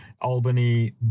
Albany